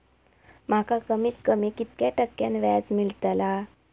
माका कमीत कमी कितक्या टक्क्यान व्याज मेलतला?